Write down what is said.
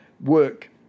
work